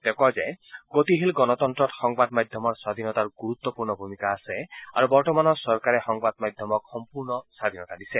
তেও কয় যে গতিশীল গণতন্ত্ৰত সংবাদ মাধ্যমৰ স্বাধীনতাৰ গুৰুত্বপূৰ্ণ ভূমিকা আছে আৰু বৰ্তমানৰ চৰকাৰে সংবাদ মাধ্যমক সম্পূৰ্ণ স্বাধীনতা দিছে